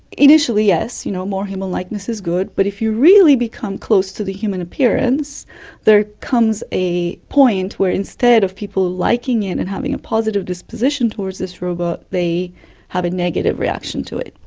initially yes, you know, more human likeness is good, but if you really become close to the human appearance there comes a point where instead of people liking it and having a positive disposition towards this robot, they have a negative reaction to it.